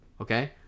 okay